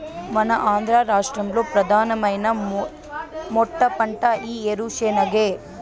మన ఆంధ్ర రాష్ట్రంలో ప్రధానమైన మెట్టపంట ఈ ఏరుశెనగే